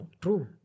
True